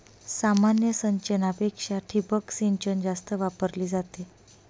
सामान्य सिंचनापेक्षा ठिबक सिंचन जास्त वापरली जाते